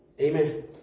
Amen